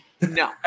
no